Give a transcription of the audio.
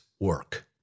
Work